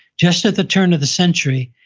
just at the turn of the century,